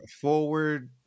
Forward